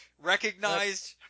recognized